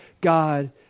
God